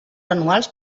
anuals